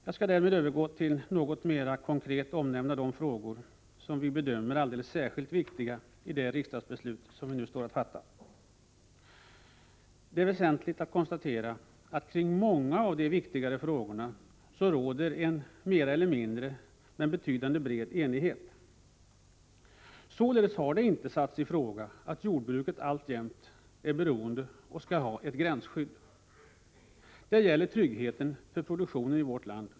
Jag skall nu övergå till att mera konkret omnämna en del frågor som vi bedömer vara alldeles särskilt viktiga i det riksdagsbeslut som vi nu går att fatta. Det är väsentligt att konstatera att det kring många av de viktigare frågorna råder en bred enighet. Således har det inte satts i fråga att jordbruket alltjämt är beroende av ett gränsskydd. Det gäller den trygghet som är nödvändig för produktionen i vårt land.